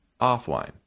offline